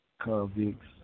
convicts